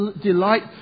delight